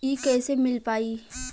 इ कईसे मिल पाई?